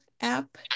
app